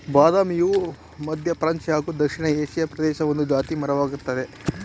ಬಾದಾಮಿಯು ಮಧ್ಯಪ್ರಾಚ್ಯ ಹಾಗೂ ದಕ್ಷಿಣ ಏಷಿಯಾ ಪ್ರದೇಶದ ಒಂದು ಜಾತಿ ಮರ ವಾಗಯ್ತೆ